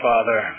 Father